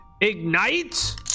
Ignite